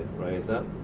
raise up.